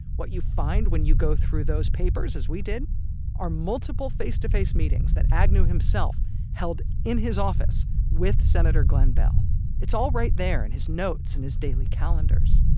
what you find when you go through those papers as we did are multiple face-to-face meetings that agnew himself held in his office with senator glenn beall it's all right there in his notes and his daily calendars